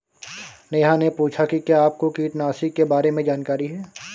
नेहा ने पूछा कि क्या आपको कीटनाशी के बारे में जानकारी है?